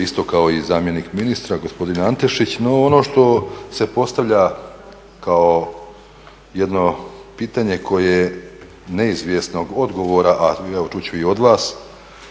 isto kao i zamjenik ministra gospodin Antešić. No ono što se postavlja kao jedno pitanje koje je neizvjesnog odgovora, a evo čut ću i od vas,